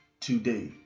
today